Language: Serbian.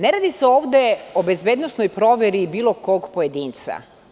Ne radi se ovde o bezbednosnoj proveri bilo kog pojedinca.